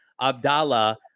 Abdallah